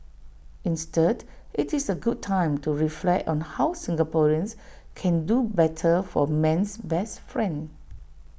instead IT is A good time to reflect on how Singaporeans can do better for man's best friend